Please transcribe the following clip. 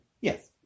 Yes